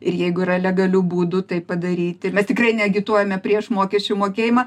ir jeigu yra legalių būdų tai padaryti mes tikrai neagituojame prieš mokesčių mokėjimą